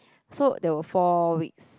so there were four weeks